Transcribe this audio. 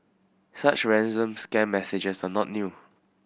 such ransom scam messages are not new